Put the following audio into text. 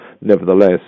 nevertheless